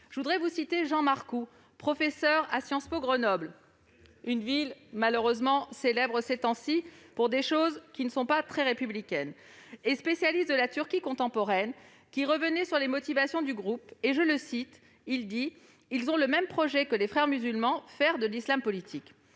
Je voudrais vous citer Jean Marcou, professeur à Sciences Po Grenoble- une ville malheureusement célèbre ces derniers temps pour des événements peu républicains -et spécialiste de la Turquie contemporaine, qui revenait sur les motivations du groupe :« Ils ont le même projet que les Frères musulmans : faire de l'islam politique.